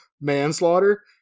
manslaughter